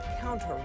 counter